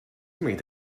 made